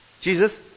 Jesus